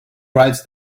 writes